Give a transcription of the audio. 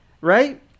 right